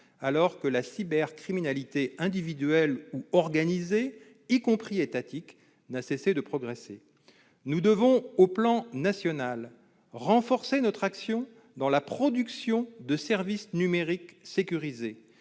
alors que la cybercriminalité individuelle ou organisée, y compris étatique, n'a cessé de progresser. Nous devons, au plan national, renforcer notre action pour la production de services numériques sécurisés